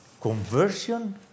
conversion